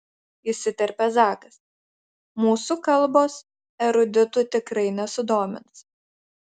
įsiterpia zakas mūsų kalbos eruditų tikrai nesudomins